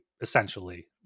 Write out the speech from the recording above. essentially